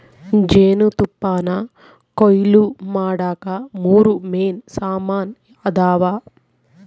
ಜೇನುತುಪ್ಪಾನಕೊಯ್ಲು ಮಾಡಾಕ ಮೂರು ಮೇನ್ ಸಾಮಾನ್ ಅದಾವ